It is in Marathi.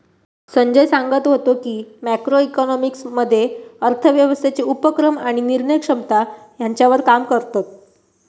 संजय सांगत व्हतो की, मॅक्रो इकॉनॉमिक्स मध्ये अर्थव्यवस्थेचे उपक्रम आणि निर्णय क्षमता ह्यांच्यावर काम करतत